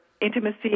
intimacy